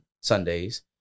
Sundays